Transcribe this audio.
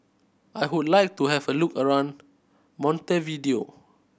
I would like to have a look around Montevideo